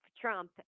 Trump